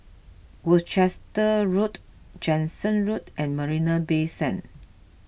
Worcester Road Jansen Road and Marina Bay Sands